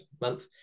month